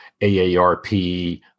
AARP